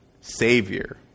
Savior